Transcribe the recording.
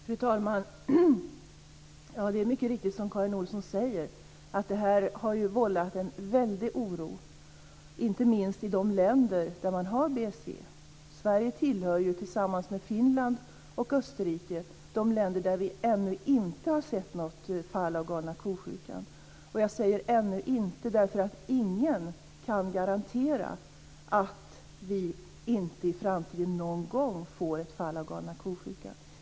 Fru talman! Det är mycket riktigt som Karin Olsson säger att det här har vållat en väldig oro, inte minst i de länder där man har BSE. Sverige tillhör tillsammans med Finland och Österrike de länder där vi ännu inte har sett något fall av galna ko-sjukan. Jag säger ännu inte därför att ingen kan garantera att vi inte någon gång i framtiden får ett fall av galna kosjukan.